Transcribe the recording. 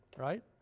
right?